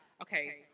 okay